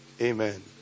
Amen